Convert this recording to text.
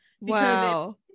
Wow